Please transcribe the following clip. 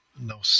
no